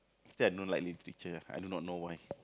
I don't like literature I do not know why